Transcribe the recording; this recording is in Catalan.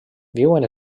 viuen